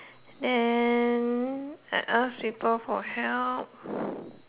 and I ask people for help